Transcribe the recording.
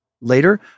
Later